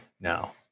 Now